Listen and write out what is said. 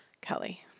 Kelly